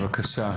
בבקשה.